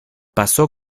pasó